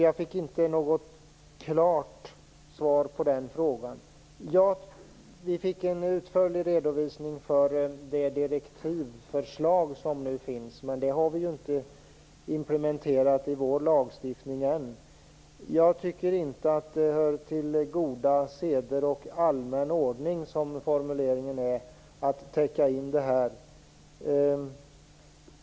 Jag fick inte något klart svar på den frågan. Vi fick en utförlig redovisning av det direktivförslag som nu finns. Men det har vi ju ännu inte genomfört i vår lagstiftning. Jag tycker inte att det hör till goda seder och allmän ordning, som formuleringen lyder, att täcka in sådana resultat.